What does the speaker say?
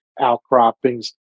outcroppings